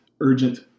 urgent